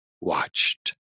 watched